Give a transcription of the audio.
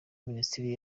minisiteri